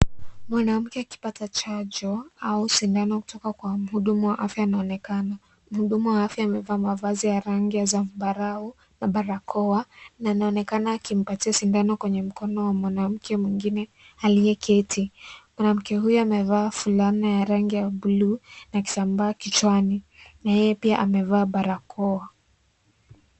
Mwanamke akipata chanjo au sindano kutoka kwa mhudumu wa afya anaonekana . Mhudumu wa afya amevaa mavazi ya rangi ya zambarau na barakoa na anaonekana akimpatia sindano kwenye mkono wa mwanamke mwingine aliyeketi . Mwanamke huyu amevaa fulana ya rangi ya buluu na kitambaa kichwani , na yeye pia amevaa barakoa.